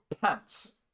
pants